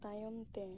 ᱛᱟᱭᱚᱢ ᱛᱮ